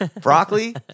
Broccoli